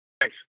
Thanks